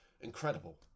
incredible